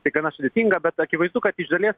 tai gana sudėtinga bet akivaizdu kad iš dalies